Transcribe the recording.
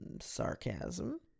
sarcasm